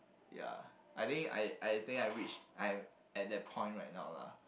ya I think I I think I reached I am at that point right now lah